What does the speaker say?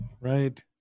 Right